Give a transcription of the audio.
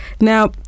Now